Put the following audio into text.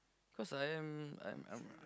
cause I am I'm I'm